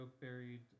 buried